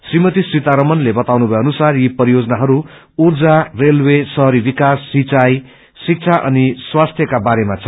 रीमती सीतारमणले बताउनुभ्यो कि यी परियोजनाहरू ऊर्जा रेलवेशहरी विकास रिंचाई शिक्षा अनि स्वास्थ्यक्रा बारेमा छन्